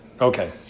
Okay